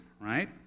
right